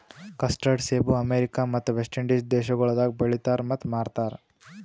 custard ಸೇಬ America ಮತ್ತ West Indies ದೇಶಗೊಳ್ದಾಗ್ ಬೆಳಿತಾರ್ ಮತ್ತ ಮಾರ್ತಾರ್